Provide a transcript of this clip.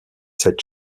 cette